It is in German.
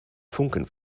funken